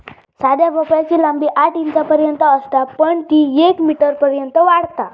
साध्या भोपळ्याची लांबी आठ इंचांपर्यंत असता पण ती येक मीटरपर्यंत वाढता